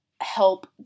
help